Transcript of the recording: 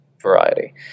variety